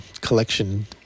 collection